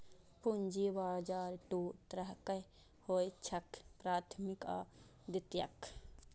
पूंजी बाजार दू तरहक होइ छैक, प्राथमिक आ द्वितीयक